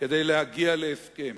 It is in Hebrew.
כדי להגיע להסכם.